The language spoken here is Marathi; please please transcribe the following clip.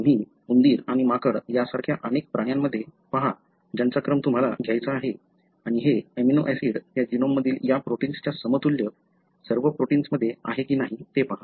तुम्ही उंदीर आणि माकड यासारख्या अनेक प्राण्यांमध्ये पहा ज्यांचा क्रम तुम्हाला घ्यायचा आहे आणि हे अमिनो ऍसिड त्या जीनोम मधील या प्रोटीनच्या समतुल्य सर्व प्रोटिन्समध्ये आहे की नाही ते पहा